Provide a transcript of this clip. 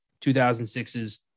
2006's